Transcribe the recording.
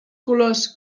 colors